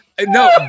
No